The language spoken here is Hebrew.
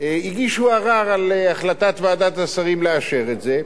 הגישו ערר על החלטת ועדת השרים לאשר את זה,